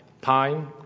time